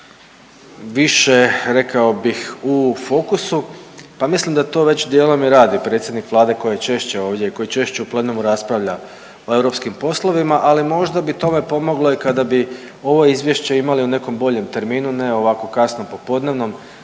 više rekao bih u fokusu, pa mislim da to već dijelom i radi predsjednik Vlade koji je češće ovdje, koji češće u plenumu raspravlja o europskim poslovima, ali možda bi tome pomoglo i kada bi ovo izvješće imali u nekom boljem terminu ne ovako kasno popodnevnom